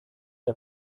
der